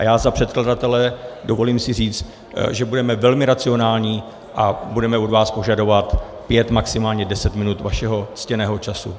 Já za předkladatele si dovolím říct, že budeme velmi racionální a budeme od vás požadovat pět, maximálně deset minut vašeho ctěného času.